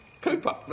Cooper